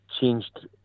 changed